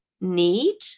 need